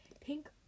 pink